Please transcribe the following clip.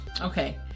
Okay